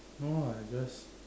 no ah I just